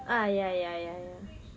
ah ya ya ya ya